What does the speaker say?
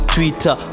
Twitter